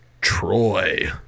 Troy